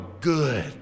good